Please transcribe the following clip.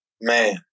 Man